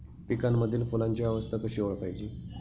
पिकांमधील फुलांची अवस्था कशी ओळखायची?